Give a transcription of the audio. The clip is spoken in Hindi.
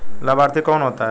लाभार्थी कौन होता है?